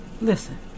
listen